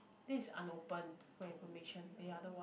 this is unopened for your information the other one